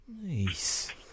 Nice